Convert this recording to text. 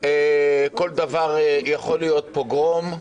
כל דבר יכול להיות פוגרום,